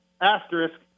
asterisk